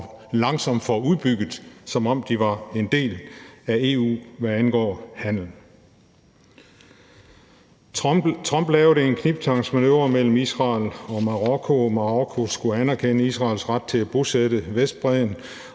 langsomt får udbygget, som om de var en del af EU, hvad angår handel. Trump lavede en knibtangsmanøvre mellem Israel og Marokko. Marokko skulle anerkende Israels ret til at bosætte sig